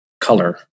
color